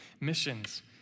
missions